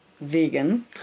Vegan